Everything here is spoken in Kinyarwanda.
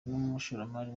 n’umushoramari